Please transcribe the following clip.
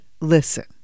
listen